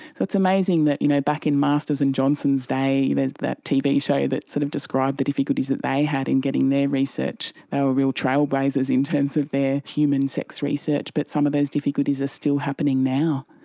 so it's amazing that you know back in masters and johnson's day, there's that tv show that sort of describes the difficulties that they had in getting their research, they were real trailblazers in terms of their human sex research, but some of those difficulties are still happening now.